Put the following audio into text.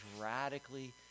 radically